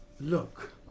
Look